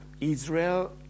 Israel